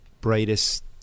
brightest